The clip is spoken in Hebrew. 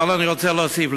אבל רוצה להוסיף.